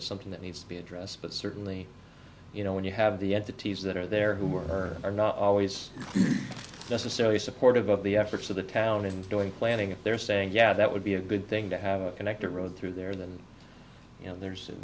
it's something that needs to be addressed but certainly you know when you have the entities that are there who are are not always necessarily supportive of the efforts of the town and doing planning they're saying yeah that would be a good thing to have a connector road through there then you know there's at